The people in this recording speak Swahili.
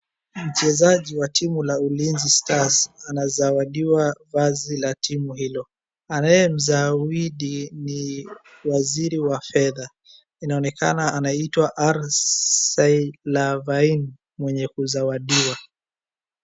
Mchezaji wa timu la Ulinzi stars anazawadiwa vazi la timu hio. Anayemzawidi ni waziri wa fedha. Inaonekana anaitwa R.Sylvaine mwenye kuzawadiwa.